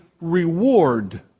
reward